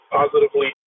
positively